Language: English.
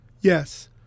yes